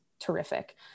terrific